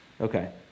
Okay